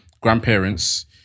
grandparents